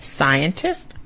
Scientist